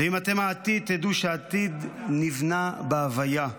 ואם אתם העתיד תדעו שהעתיד נבנה בהוויה,